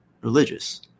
religious